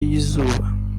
y’izuba